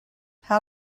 how